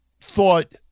thought